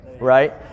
right